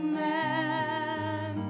man